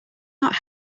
not